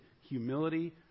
Humility